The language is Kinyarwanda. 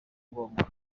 ngombwa